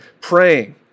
praying